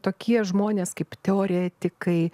tokie žmonės kaip teoretikai